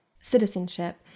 citizenship